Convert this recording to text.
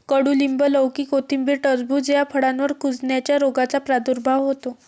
कडूलिंब, लौकी, कोथिंबीर, टरबूज या फळांवर कुजण्याच्या रोगाचा प्रादुर्भाव होतो